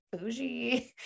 bougie